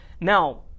now